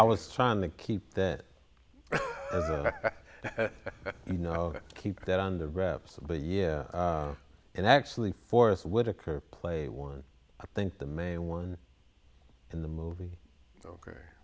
i was trying to keep that you know keep that under wraps of the year and actually forest whitaker play one i think the main one in the movie o